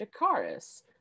Jakaris